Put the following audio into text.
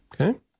Okay